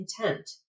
intent